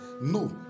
No